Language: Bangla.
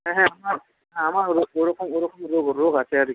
হ্যাঁ হ্যাঁ আমার হ্যাঁ আমার ওরকম রোগ আছে আর কি